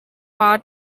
power